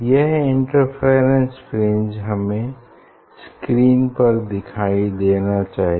यह interference fringe हमें screen पर दिखाई देना चाहिए